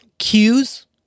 Cues